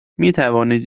میتوانید